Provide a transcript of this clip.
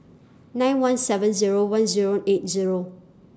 nine one seven Zero one Zero eight Zero